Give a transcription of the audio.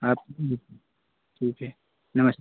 आप ठीक है नमस्ते